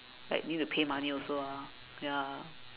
like need to pay money also lah ya